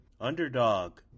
Underdog